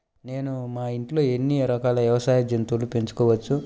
నేను మా ఇంట్లో ఎన్ని రకాల వ్యవసాయ జంతువులను పెంచుకోవచ్చు?